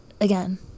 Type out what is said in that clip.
again